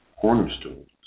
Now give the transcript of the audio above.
cornerstones